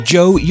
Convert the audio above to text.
Joe